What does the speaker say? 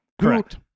correct